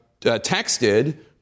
texted